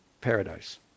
paradise